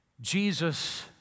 Jesus